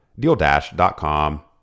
DealDash.com